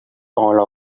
all